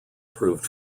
proved